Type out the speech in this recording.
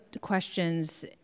questions